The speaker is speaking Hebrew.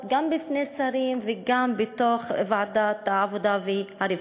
גם בפני שרים וגם בתוך ועדת העבודה והרווחה.